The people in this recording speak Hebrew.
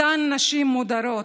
אותן נשים מודרות,